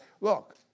Look